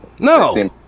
No